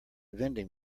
vending